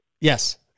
Yes